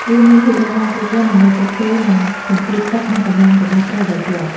វាមានភាពរឹងមាំគ្រប់គ្រាន់ដើម្បីទប់ទល់នឹងសម្ពាធទឹកនិងកម្លាំងរបស់ត្រីដែលជាប់។